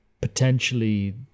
potentially